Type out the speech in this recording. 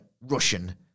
Russian